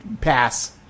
pass